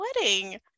wedding